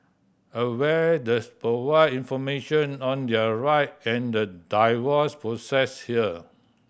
aware does provide information on their right and the divorce process here